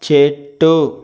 చెట్టు